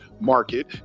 market